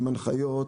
הנחיות,